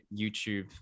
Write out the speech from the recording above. youtube